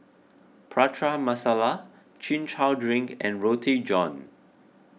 Prata Masala Chin Chow Drink and Roti John